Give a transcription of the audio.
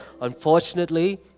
unfortunately